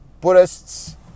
Buddhists